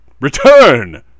Return